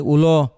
Ulo